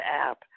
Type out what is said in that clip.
app